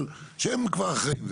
שהם כבר אחראים.